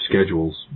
schedules